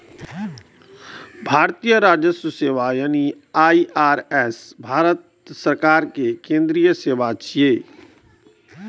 भारतीय राजस्व सेवा यानी आई.आर.एस भारत सरकार के केंद्रीय सेवा छियै